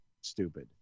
stupid